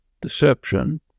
deception